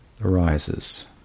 arises